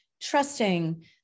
trusting